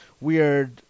weird